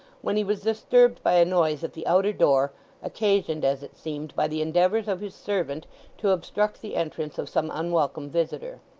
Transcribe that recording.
when he was disturbed by a noise at the outer door occasioned as it seemed by the endeavours of his servant to obstruct the entrance of some unwelcome visitor.